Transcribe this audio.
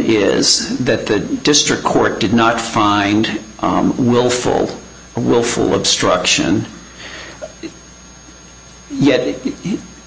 is that the district court did not find willful willful obstruction yet